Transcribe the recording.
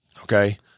Okay